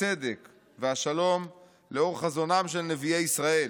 הצדק והשלום לאור חזונם של נביאי ישראל,